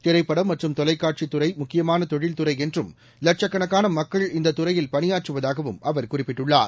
திரைப்படம் மற்றும் தொலைக்காட்சித் துறை முக்கியமான தொழில் துறை என்றும் லட்சக்கணக்கான மக்கள் இந்த துறையில் பணியாற்றுவதாகவும் அவர் குறிப்பிட்டுள்ளார்